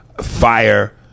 fire